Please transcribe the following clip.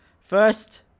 First